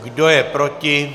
Kdo je proti?